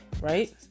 right